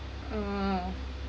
ah